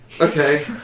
Okay